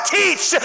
teach